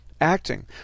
acting